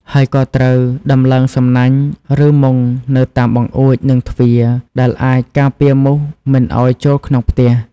ហើយក៏ត្រូវដំឡើងសំណាញ់ ឬមុងនៅតាមបង្អួច និងទ្វារ ដែលអាចការពារមូសមិនឱ្យចូលក្នុងផ្ទះ។